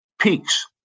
peaks